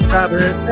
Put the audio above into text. Robert